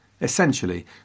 Essentially